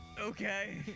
Okay